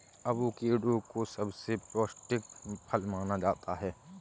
avocado को सबसे पौष्टिक फल माना जाता है